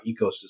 ecosystem